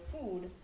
food